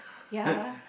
ya